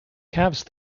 calves